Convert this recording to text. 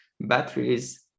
batteries